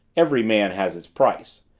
every man has his price.